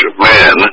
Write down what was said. man